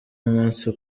umunsi